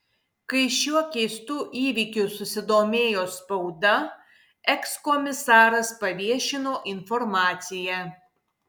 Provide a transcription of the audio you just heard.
kai šiuo keistu įvykiu susidomėjo spauda ekskomisaras paviešino informaciją